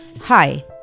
Hi